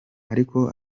ariko